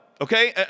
okay